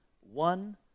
one